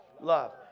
Love